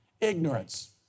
ignorance